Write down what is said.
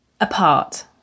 apart